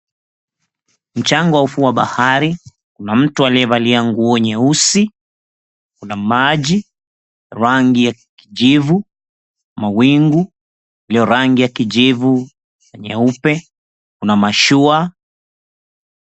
Mchanga wa ufuo wa bahari kuna mtu aliyevalia nguo nyeusi, kuna maji ya rangi ya kijivu, mawingu ya rangi ya kijivu na nyeupe, kuna mashua.